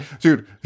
dude